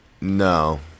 No